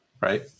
Right